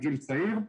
מגיל צעיר.